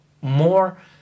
more